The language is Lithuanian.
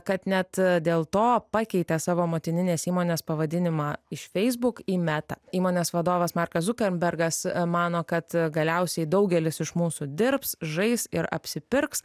kad net dėl to pakeitė savo motininės įmonės pavadinimą iš facebook į meta įmonės vadovas markas zukembergas mano kad galiausiai daugelis iš mūsų dirbs žais ir apsipirks